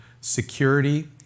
security